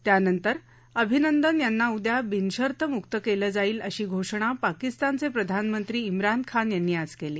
त्यानंतर अभिनंदन यांना उद्या बिनशर्त मुक्त केलं जाईल अशी घोषणा पाकिस्तानचे प्रधानमंत्री इम्रान खान यांनी आज केली